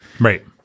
Right